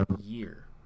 Year